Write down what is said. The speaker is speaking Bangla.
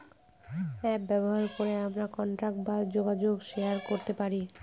অ্যাপ ব্যবহার করে আমরা কন্টাক্ট বা যোগাযোগ শেয়ার করতে পারি